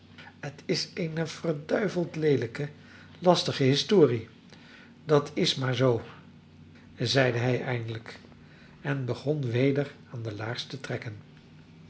het is eene verduiveld leelijke lastige historie dat is maar zoo zeide hij eindelijk en begon weder aan de laars te trekken